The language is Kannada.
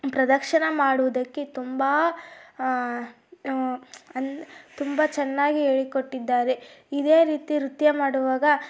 ಪ್ರದರ್ಶನ ಮಾಡುವುದಕ್ಕೆ ತುಂಬ ಅನ್ ತುಂಬ ಚೆನ್ನಾಗಿ ಹೇಳಿಕೊಟ್ಟಿದ್ದಾರೆ ಇದೇ ರೀತಿ ನೃತ್ಯ ಮಾಡುವಾಗ